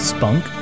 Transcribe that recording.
Spunk